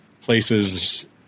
places